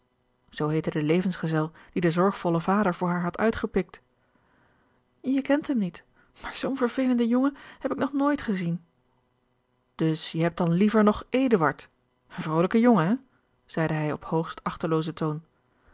levensgezel dien de zorgvolle vader voor haar had uitgepikt je kent hem niet maar zoo'n vervelenden jongen heb ik nog nooit gezien dus je hebt dan liever nog eduard een vrolijke jongen hé zeide hij op hoogst achteloozen toon